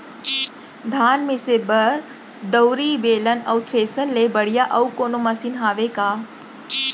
धान मिसे बर दउरी, बेलन अऊ थ्रेसर ले बढ़िया अऊ कोनो मशीन हावे का?